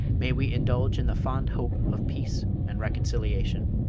may we indulge in the fond hope of peace and reconciliation.